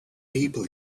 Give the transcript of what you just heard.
people